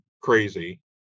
crazy